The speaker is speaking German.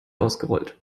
ausgerollt